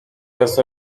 bez